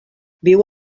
viu